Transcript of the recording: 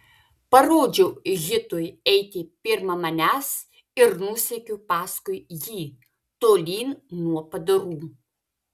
parodžiau hitui eiti pirma manęs ir nusekiau paskui jį tolyn nuo padarų